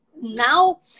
now